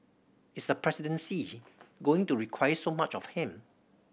is the presidency going to require so much of him